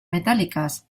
metálicas